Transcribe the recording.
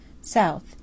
South